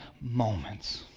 moments